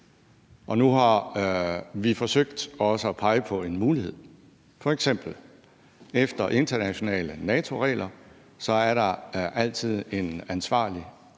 og nu har vi også forsøgt at pege på en mulighed. F.eks. er der efter internationale NATO-regler altid en ansvarlig,